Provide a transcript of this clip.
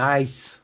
Nice